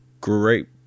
great